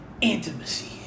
intimacy